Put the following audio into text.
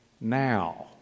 now